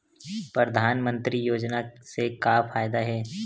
परधानमंतरी योजना से का फ़ायदा हे?